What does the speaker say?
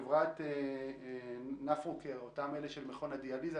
מנהלת נפרוקר, המפעילים של מכון הדיאליזה,